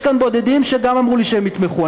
יש כאן בודדים שגם אמרו לי שהם יתמכו,